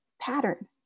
pattern